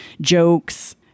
jokes